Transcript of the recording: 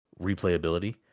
replayability